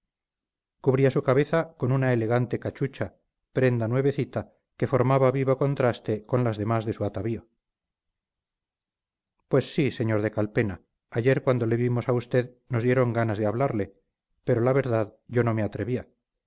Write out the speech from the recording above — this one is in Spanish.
cubría su cabeza con una elegante cachucha prenda nuevecita que formaba vivo contraste con las demás de su atavío pues sí sr de calpena ayer cuando le vimos a usted nos dieron ganas de hablarle pero la verdad yo no me atrevía